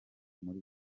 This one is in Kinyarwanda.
muri